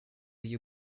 you